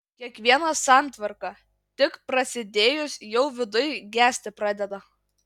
kiekviena santvarka tik prasidėjus jau viduj gesti pradeda